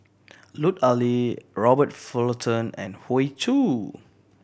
Lut Ali Robert Fullerton and Hoey Choo